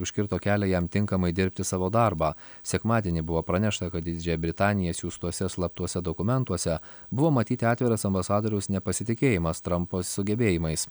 užkirto kelią jam tinkamai dirbti savo darbą sekmadienį buvo pranešta kad į didžiąją britaniją siųstuose slaptuose dokumentuose buvo matyti atviras ambasadoriaus nepasitikėjimas trampo sugebėjimais